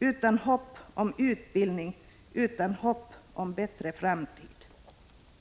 utan hopp om utbildning, utan hopp om bättre framtid.